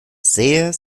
sehr